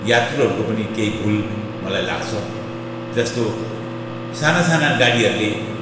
यात्रुहरूको पनि केही भुल मलाई लाग्छ जस्तो सानासाना गाडीहरूले